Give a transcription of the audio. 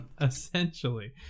Essentially